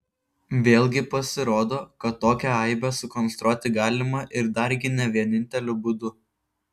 vėlgi pasirodo kad tokią aibę sukonstruoti galima ir dargi ne vieninteliu būdu